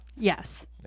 Yes